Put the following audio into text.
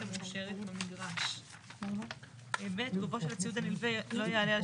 המאושרת במגרש; (ב) גובהו של הציוד הנלווה לא יעלה על